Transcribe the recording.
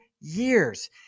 years